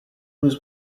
was